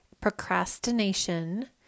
procrastination